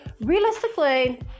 realistically